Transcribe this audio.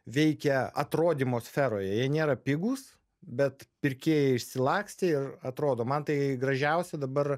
veikia atrodymo sferoje jie nėra pigūs bet pirkėjai išsilakstę ir atrodo man tai gražiausia dabar